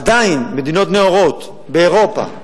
עדיין, מדינות נאורות באירופה ועוד,